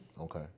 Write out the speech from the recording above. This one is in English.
Okay